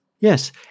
Yes